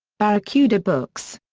barracuda books.